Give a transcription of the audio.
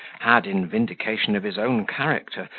had, in vindication of his own character,